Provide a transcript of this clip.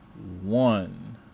One